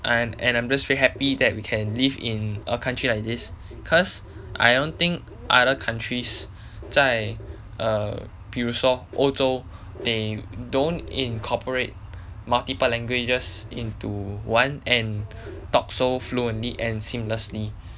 I'm and I'm just really happy that we can live in a country like this cause I don't think other countries 在 err 比如说欧洲 they don't incorporate multiple languages into one and talk so fluently and seamlessly